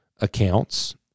accounts